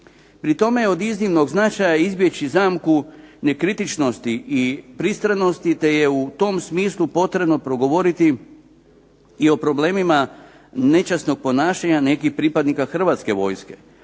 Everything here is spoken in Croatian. Pri tome je od iznimnog značaja izbjeći zamku nekritičnosti i pristranosti, te je u tom smislu potrebno progovoriti i o problemima nečasnog ponašanja nekih pripadnika Hrvatske vojske.